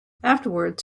afterwards